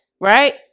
right